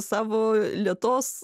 savo lėtos